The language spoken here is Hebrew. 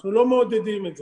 אנחנו לא מעודדים את זה.